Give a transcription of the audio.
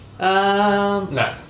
No